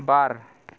बार